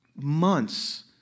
months